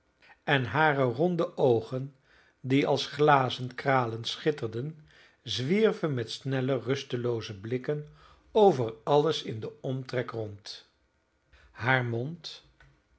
en hare ronde oogen die als glazen kralen glinsterden zwierven met snelle rustelooze blikken over alles in den omtrek rond haar mond